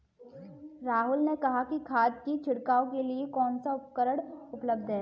राहुल ने कहा कि खाद की छिड़काव के लिए कौन सा उपकरण उपलब्ध है?